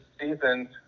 season